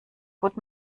gut